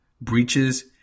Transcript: breaches